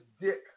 dick